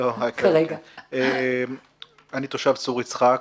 אני תושב צור יצחק,